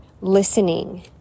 listening